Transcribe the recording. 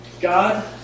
God